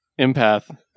Empath